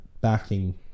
backing